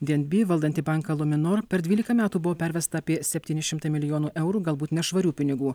di en bi bei valdanti banką luminor per dvylika metų buvo pervesta apie septyni šimtai milijonų eurų galbūt nešvarių pinigų